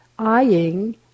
eyeing